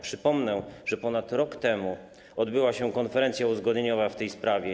Przypomnę, że ponad rok temu odbyła się konferencja uzgodnieniowa w tej sprawie.